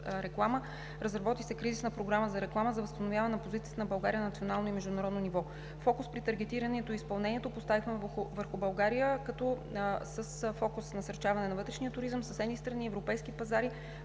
реклама. Разработи се Стратегическа кризисна програма за реклама за възстановяване на позицията на България на национално и международно ниво. Фокус при таргетирането и изпълнението поставихме върху: България с насърчаване на вътрешния туризъм; съседните страни; европейските пазари,